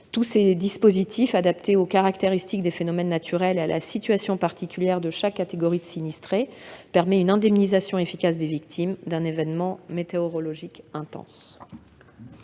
différents dispositifs, adaptés aux caractéristiques des phénomènes naturels et à la situation particulière de chaque catégorie de sinistrés, permettent une indemnisation efficace des victimes d'un événement météorologique intense.